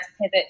pivot